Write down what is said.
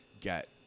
get